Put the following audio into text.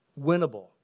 winnable